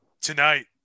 tonight